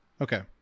okay